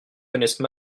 connaissent